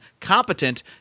competent